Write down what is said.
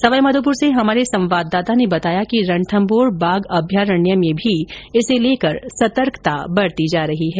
सवाईमाधोपुर से हमारे संवाददाता ने बताया कि रणम्भौर बाघ अभ्यारण्य में भी इसे लेकर सतर्कता बरती जा रही है